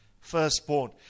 firstborn